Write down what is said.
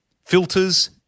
filters